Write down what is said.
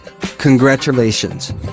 Congratulations